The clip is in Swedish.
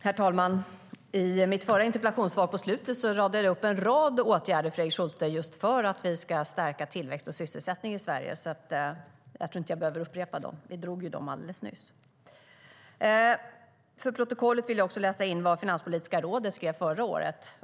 Herr talman! I slutet på mitt förra interpellationssvar radade jag upp en rad åtgärder, Fredrik Schulte, för att vi ska stärka tillväxt och sysselsättning i Sverige. Jag tror inte att jag behöver upprepa dem. Vi drog dem alldeles nyss. För protokollet vill jag läsa in vad Finanspolitiska rådet skrev förra året.